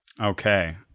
Okay